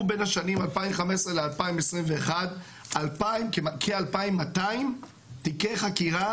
בין השנים 2015-2021 כ-2,200 תיקי חקירה